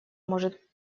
может